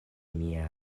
mia